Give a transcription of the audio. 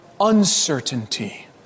uncertainty